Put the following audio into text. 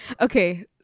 okay